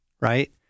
right